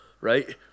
Right